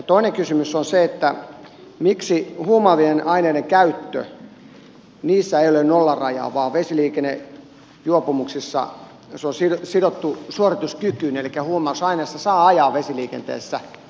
toinen kysymys on se miksi huumaavien aineiden käytössä ei ole nollarajaa vaan vesiliikennejuopumuksissa se on sidottu suorituskykyyn elikkä huumausaineissa saa ajaa vesiliikenteessä